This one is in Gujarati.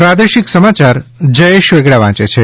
પ્રાદેશિક સમાયાર જયેશ વેગડા વાંચે છે